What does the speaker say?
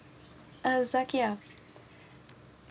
uh zakiah